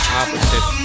opposite